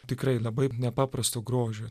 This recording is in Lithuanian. tikrai labai nepaprasto grožio